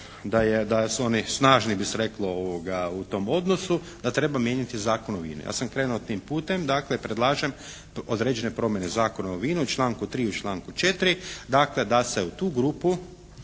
da su oni snažni bi se reklo u tom odnosu, da treba mijenjati Zakon o vinu. Ja sam krenuo tim putem. Dakle predlažem određene promjene Zakona o vinu u članku 3., u članku 4. dakle da se u tu grupu